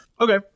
Okay